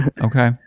okay